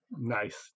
Nice